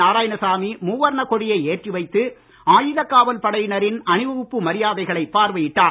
நாராயணசாமி மூவர்ண கொடியை ஏற்றி வைத்து ஆயுதக் காவல் படையினரின் அணிவகுப்பு மரியாதைகளை பார்வையிட்டார்